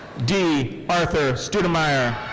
dee arthur stoudemire.